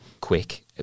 quick